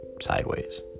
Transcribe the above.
sideways